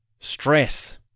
stress